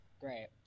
Great